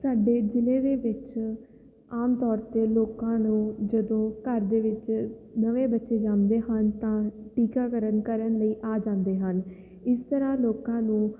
ਸਾਡੇ ਜ਼ਿਲ੍ਹੇ ਦੇ ਵਿੱਚ ਆਮ ਤੌਰ 'ਤੇ ਲੋਕਾਂ ਨੂੰ ਜਦੋਂ ਘਰ ਦੇ ਵਿੱਚ ਨਵੇਂ ਬੱਚੇ ਜੰਮਦੇ ਹਨ ਤਾਂ ਟੀਕਾਕਰਨ ਕਰਨ ਲਈ ਆ ਜਾਂਦੇ ਹਨ ਇਸ ਤਰ੍ਹਾਂ ਲੋਕਾਂ ਨੂੰ